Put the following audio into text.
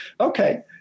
okay